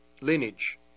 lineage